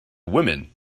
women